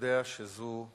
יודע שזו אמת.